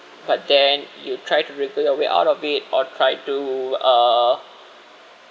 but then you try to wriggle your way out of it or try to uh